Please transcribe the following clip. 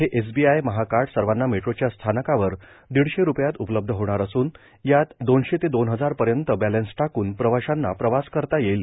हे एसबीआय महा कार्ड सर्वांना मेट्रोच्या स्थानकावर दीडशे रुपयात उपलब्ध होणार असून यात दोनशे ते दोन हजार पर्यंत बँलेस टाकून प्रवाशांना प्रवास करता येईल